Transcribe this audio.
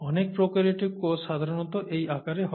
অনেক প্রোক্যারিওটিক কোষ সাধারণত এই আকারে হয়